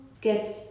get